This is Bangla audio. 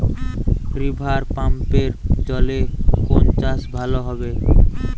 রিভারপাম্পের জলে কোন চাষ ভালো হবে?